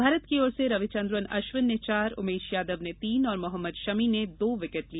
भारत की ओर से रविचंद्रन अश्विन ने चार उमेश यादव ने तीन और मोहम्मद शमी ने दो विकेट लिए